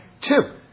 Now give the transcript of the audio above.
two